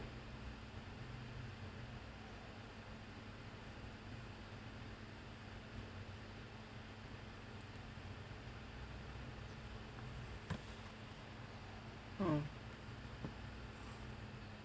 oh